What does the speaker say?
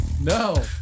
No